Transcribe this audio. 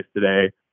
today